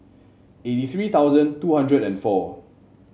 eighty three thousand two hundred and four